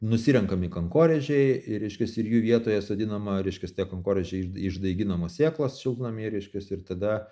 nusirenkami kankorėžiai ir reiškias ir jų vietoje sodinama reiškias tie konkorėžiai iš iš daiginamos sėklos šiltnamyje reiškias ir tada